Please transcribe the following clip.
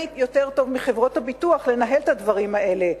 מי יותר טוב מחברות הביטוח לנהל את הדברים האלה,